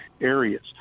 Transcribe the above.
areas